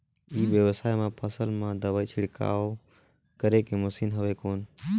ई व्यवसाय म फसल मा दवाई छिड़काव करे के मशीन हवय कौन?